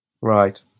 Right